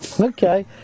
Okay